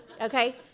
okay